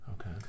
Okay